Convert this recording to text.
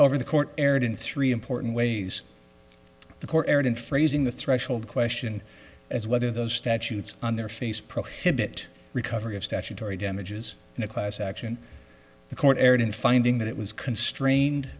however the court erred in three important ways the court heard and phrasing the threshold question as whether those statutes on their face prohibit recovery of statutory damages in a class action the court erred in finding that it was constrained